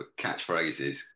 catchphrases